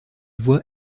voie